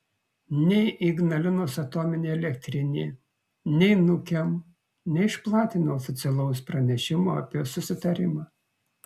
nei ignalinos atominė elektrinė nei nukem neišplatino oficialaus pranešimo apie susitarimą